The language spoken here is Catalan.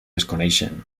desconeixen